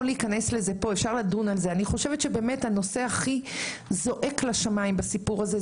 הנושא הכי זועק לשמיים בסיפור הזה,